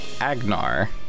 Agnar